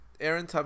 Aaron